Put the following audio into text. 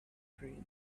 dreams